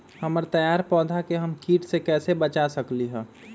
हमर तैयार पौधा के हम किट से कैसे बचा सकलि ह?